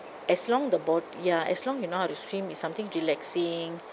as long the bo~ ya as long you know how to swim it's something relaxing